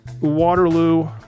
Waterloo